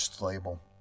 label